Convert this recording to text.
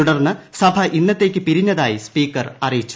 തുടർന്ന് സഭ ഇന്നത്തേയ്ക്ക് പിരിഞ്ഞതായി സ്പീക്കർ അറിയിച്ചു